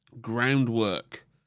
groundwork